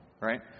right